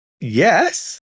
yes